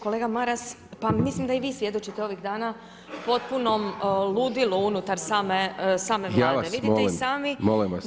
Kolega Maras, pa mislim da i vi svjedočite ovih dana potpunom ludilu unutar same [[Upadica Hajdaš Dončić: Ja vas molim, molim vas…]] Vidite i sami…